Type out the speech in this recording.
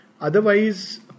otherwise